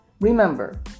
Remember